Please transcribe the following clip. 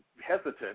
hesitant